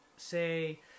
Say